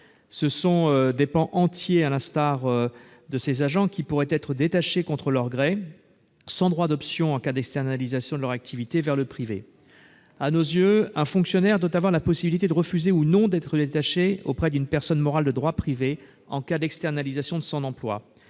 Ce sont des pans entiers, à l'instar de ces agents, qui pourraient être détachés contre leur gré, sans droit d'option en cas d'externalisation de leur activité vers le privé. À nos yeux, un fonctionnaire doit avoir la possibilité de refuser ou non d'être détaché auprès d'une personne morale de droit privé en cas d'externalisation de son emploi.